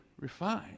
refined